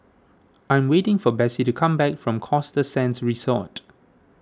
I am waiting for Besse to come back from Costa Sands Resort